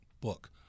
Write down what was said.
book